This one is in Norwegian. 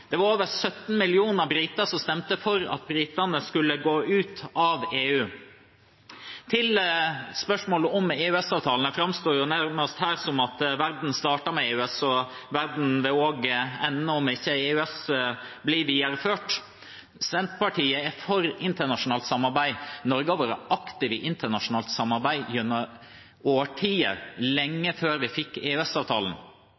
Det var over 17 millioner briter som stemte for at britene skulle gå ut av EU. Til spørsmålet om EØS-avtalen – det framstår her nærmest som om verden startet med EØS og vil ende om EØS ikke blir videreført: Senterpartiet er for internasjonalt samarbeid. Norge har vært aktiv i internasjonalt samarbeid gjennom årtier,